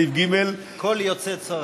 פסוק ג' "כל יֹצֵא צבא".